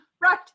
Right